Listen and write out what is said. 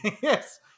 Yes